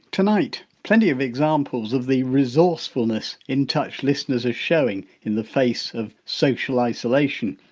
tonight, plenty of examples of the resourcefulness in touch listeners are showing in the face of social isolation.